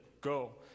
go